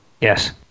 Yes